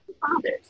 fathers